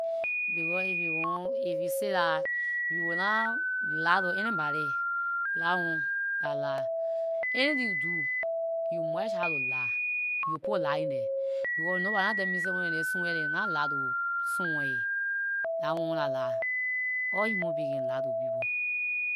Because if you want- if you say lah you will nah lie to anybody, lah one lah lie. Anything you do, you must have to lie, you will put lying there, because nobody nah tell me say under this sun here, they nah lie to someone yet; dah one lah lie, all human being can lie to people.